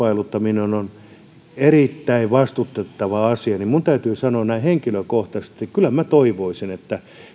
kilpailuttaminen on on erittäin vastustettava asia niin minun täytyy sanoa näin henkilökohtaisesti että kyllä minä toivoisin että